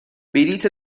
بلیت